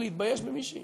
להתבייש במי שהיא